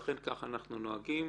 ואכן ככה אנחנו נוהגים.